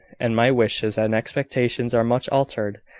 and my wishes and expectations are much altered.